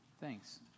Thanks